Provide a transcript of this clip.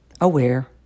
aware